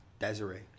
Desiree